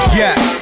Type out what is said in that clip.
yes